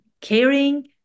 caring